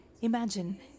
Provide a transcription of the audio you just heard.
Imagine